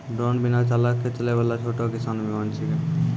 drone बिना चालक के चलै वाला छोटो विमान छेकै